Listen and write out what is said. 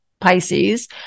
Pisces